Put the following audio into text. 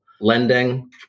lending